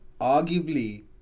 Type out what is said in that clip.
Arguably